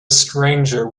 stranger